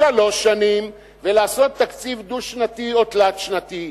שלוש שנים ולעשות תקציב דו-שנתי או תלת-שנתי,